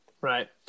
Right